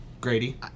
Grady